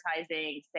advertising